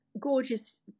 gorgeous